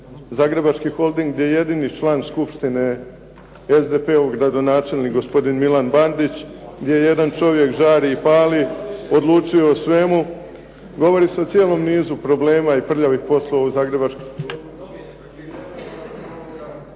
Zagrebački holding je jedini član Skupštine SDP-ov gradonačelnik gospodin Milan Bandić gdje jedan čovjek žari i pali, odlučuje o svemu. Govori se o cijelom nizu problema i prljavih poslova .../Govornik